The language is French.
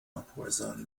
empoisonne